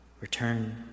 return